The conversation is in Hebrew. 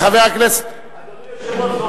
אדוני היושב-ראש,